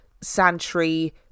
Santry